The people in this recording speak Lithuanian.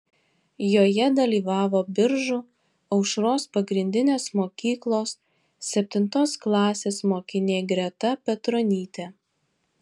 joje dalyvavo biržų aušros pagrindinės mokyklos septintos klasės mokinė greta petronytė